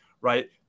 right